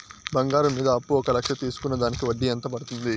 బంగారం మీద అప్పు ఒక లక్ష తీసుకున్న దానికి వడ్డీ ఎంత పడ్తుంది?